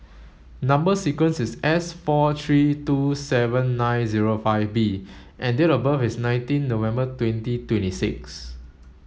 number sequence is S four three two seven nine zero five B and date of birth is nineteen November twenty twenty six